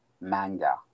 manga